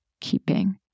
keeping